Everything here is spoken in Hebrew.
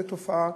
זו תופעה